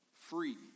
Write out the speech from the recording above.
free